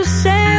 say